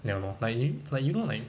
ya lor like you like you know like